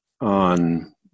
on